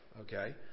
okay